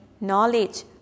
knowledge